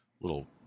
little